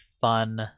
fun